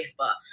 Facebook